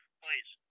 please